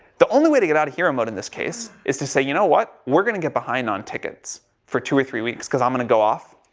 the only way to get out of hero mode in this case is to say, you know, what? we're going to get behind on tickets for two or three weeks, because i'm going to go off.